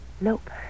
Nope